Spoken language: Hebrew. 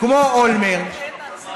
כמו אולמרט,